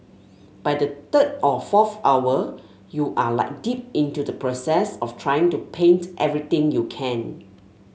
by the third or fourth hour you are like deep into the process of trying to paint everything you can